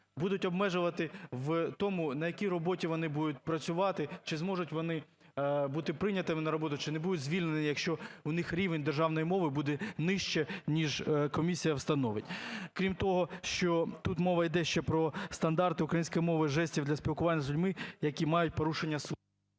будуть обмежувати в тому, на якій роботі вони будуть працювати, чи зможуть вони бути прийнятими на роботу, чи не будуть звільнені, якщо у них рівень державної мови буде нижче ніж комісія встановить. Крім того, що тут мова іде ще про стандарти української мови жестів для спілкування з людьми, які мають порушення…